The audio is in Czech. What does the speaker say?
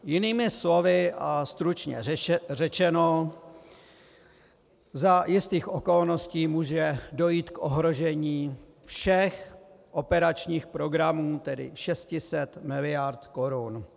Jinými slovy a stručně řečeno: za jistých okolností může dojít k ohrožení všech operačních programů, tedy 600 miliard korun.